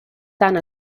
tant